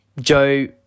Joe